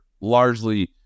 largely